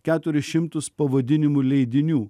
keturis šimtus pavadinimų leidinių